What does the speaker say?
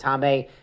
tame